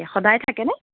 সদায় থাকেনে